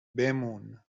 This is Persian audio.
بمون